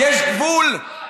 אתה מגזים, יש גבול.